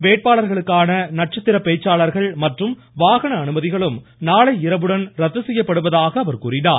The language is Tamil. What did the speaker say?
வேட்பாளர்களுக்கான நட்சத்திரப் பேச்சாளர்கள் மற்றும் வாகன அனுமதிகளும் நாளை இரவுடன் ரத்து செய்யப்படுவதாக அவர் கூறியுள்ளார்